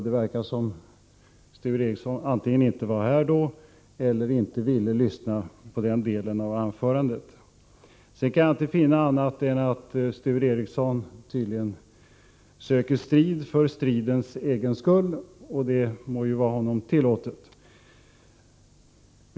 Det verkar som om Sture Ericson antingen inte var här då eller inte ville lyssna på den delen av anförandet. Sedan kan jag inte finna annat än att Sture Ericson tydligen söker strid för stridens egen skull, och det må ju vara honom tillåtet.